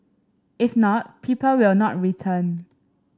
if not people will not return